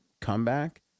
comeback